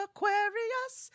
Aquarius